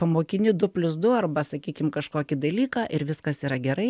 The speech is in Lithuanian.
pamokini du plius du arba sakykim kažkokį dalyką ir viskas yra gerai